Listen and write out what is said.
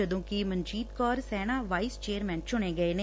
ਜਦੋਂ ਕਿ Manjeet Kaur Shehna vice chairperson ਚੁਣੇ ਗਏ ਨੇ